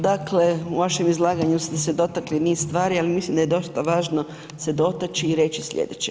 Dakle u vašem izlaganju ste se dotakli niz stvari ali mislim da je dosta važno se dotaći i reći sljedeće.